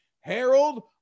Harold